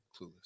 Clueless